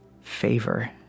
favor